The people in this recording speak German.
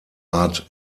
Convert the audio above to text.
art